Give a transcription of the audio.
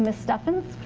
and stefens,